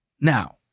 Now